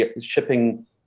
shipping